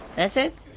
that's it?